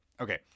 okay